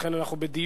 לכן, אנחנו בדיון.